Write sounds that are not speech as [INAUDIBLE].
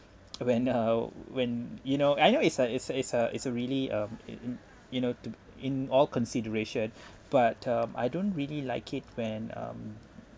when the [LAUGHS] when you know I know it's a it's a it's a it's a really um it it you know to in all consideration [BREATH] but um I don't really like it when um